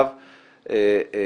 הרי